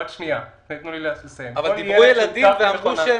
אבל דיברו ילדים ואמרו,